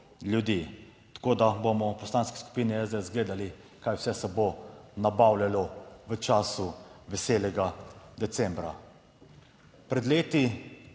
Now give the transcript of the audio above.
ljudi, tako da bomo v Poslanski skupini SDS gledali kaj vse se bo nabavljalo v času veselega decembra. Pred leti